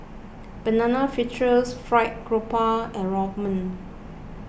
Banana Fritters Fried Grouper and Rawon